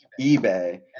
ebay